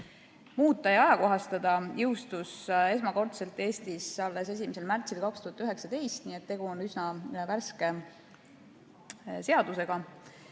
muuta ja ajakohastada, jõustus esmakordselt Eestis alles 1. märtsil 2019, nii et tegu on üsna värske seadusega.